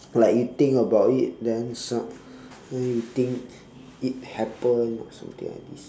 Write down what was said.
like you think about it then something you think it happen or something like this